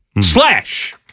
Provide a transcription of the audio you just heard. slash